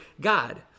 God